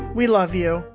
we love you.